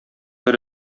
бер